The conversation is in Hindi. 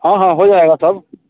हाँ हाँ हो जाएगा सब